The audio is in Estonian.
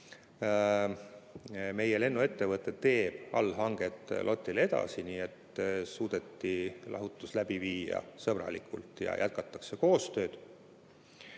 meie lennuettevõte teeb allhanget LOT‑ile edasi, nii et suudeti lahutus läbi viia sõbralikult ja jätkatakse koostööd.